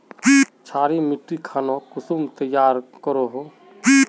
क्षारी मिट्टी खानोक कुंसम तैयार करोहो?